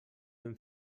hem